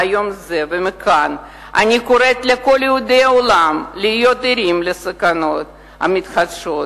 ביום זה ומכאן אני קוראת לכל יהודי העולם להיות ערים לסכנות המתחדשות,